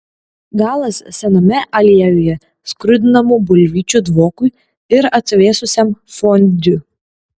galas sename aliejuje skrudinamų bulvyčių dvokui ir atvėsusiam fondiu